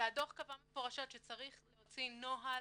והדו"ח קבע מפורשות שצריך להוציא נוהל,